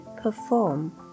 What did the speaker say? perform